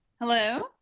hello